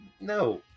No